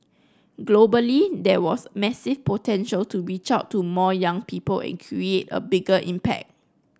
globally there was massive potential to reach out to more young people and create a bigger impact